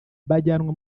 bajyanwa